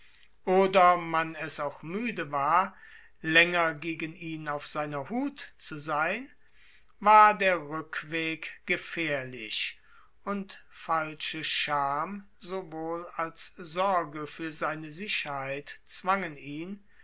oder man es auch müde war länger gegen ihn auf seiner hut zu sein war der rückweg gefährlich und falsche scham sowohl als sorge für seine sicherheit zwangen ihn